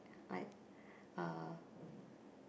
like uh